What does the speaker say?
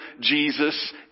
Jesus